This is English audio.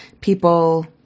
people